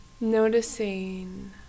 noticing